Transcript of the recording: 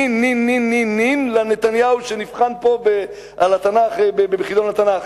נין נין נין נין נין לנתניהו שנבחן פה על התנ"ך בחידון התנ"ך.